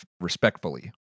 respectfully